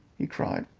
he cried,